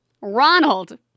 Ronald